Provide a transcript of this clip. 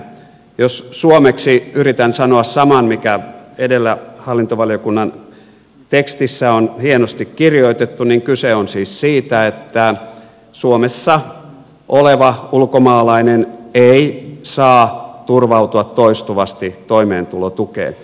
jos suomeksi yritän sanoa saman mikä edellä hallintovaliokunnan tekstissä on hienosti kirjoitettu niin kyse on siis siitä että suomessa oleva ulkomaalainen ei saa turvautua toistuvasti toimeentulotukeen